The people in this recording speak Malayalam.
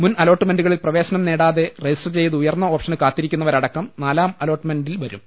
മുൻ അലോട്ട്മെന്റു കളിൽ പ്രവേശനം നേടാതെ രജിസ്റ്റർ ചെയ്ത് ഉയർന്ന ഓപ്ഷന് കാത്തിരിക്കുന്നവരടക്കം നാലാം അലോട്ട്മെന്റിൽ വരും